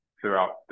throughout